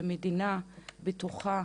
במדינה בטוחה